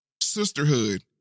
sisterhood